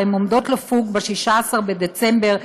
הרי הן עומדות לפוג ב-16 בדצמבר.